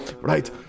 Right